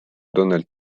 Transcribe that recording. donald